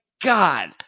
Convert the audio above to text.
God